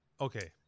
okay